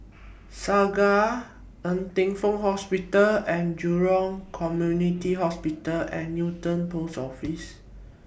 Segar Ng Teng Fong Hospital and Jurong Community Hospital and Newton Post Office